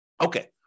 Okay